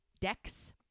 decks